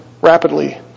rapidly